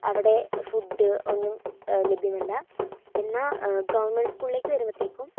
അവിടെ ഫുഡ്ഡ് ഒന്നും ലഭ്യമല്ല എന്നാൽ ഗവൺമെന്റ് സ്കൂളിലേക്ക് വരുമ്പോഴേക്കും